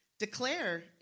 Declare